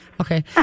Okay